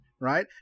right